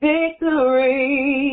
Victory